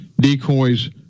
decoys